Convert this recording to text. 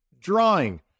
drawing